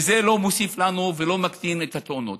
וזה לא מוסיף לנו ולא מקטין את התאונות.